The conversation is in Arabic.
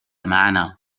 معنى